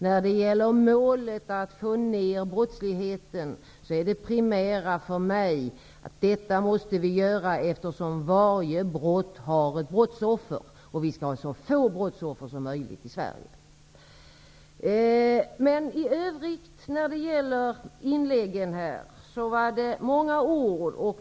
När det gäller målet att få ner brottsligheten, är det primära för mig att vi måste göra detta, eftersom varje brott har ett brottsoffer. Vi skall ha så få brottsoffer som möjligt i Sverige. I övrigt var det många ord i inläggen.